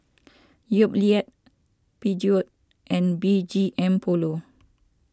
Yoplait Peugeot and B G M Polo